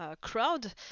crowd